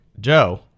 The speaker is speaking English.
Joe